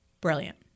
Brilliant